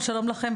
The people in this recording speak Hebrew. שלום לכולם,